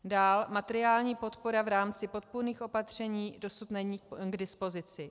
Dál, materiální podpora v rámci podpůrných opatření dosud není k dispozici.